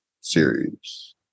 series